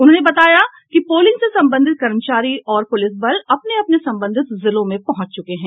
उन्होंने बताया कि पोलिंग से संबंधित कर्मचारी और पूलिस बल अपने अपने संबंधित जिलों में पहुंच चुके हैं